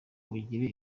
ugire